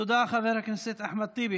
תודה, חבר הכנסת אחמד טיבי.